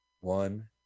one